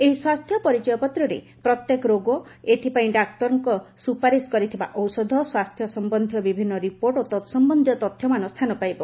ଏହି ସ୍ୱାସ୍ଥ୍ୟ ପରିଚୟପତ୍ରରେ ପ୍ରତ୍ୟେକ ରୋଗ ଏଥିପାଇଁ ଡାକ୍ତର ସୁପାରିଶ କରିଥିବା ଔଷଧ ସ୍ୱାସ୍ଥ୍ୟ ସମନ୍ଧୀୟ ବିଭିନ୍ନ ରିପୋର୍ଟ ଓ ତତ୍ସମ୍ୟନ୍ଧୀୟ ତଥ୍ୟମାନ ସ୍ଥାନ ପାଇବ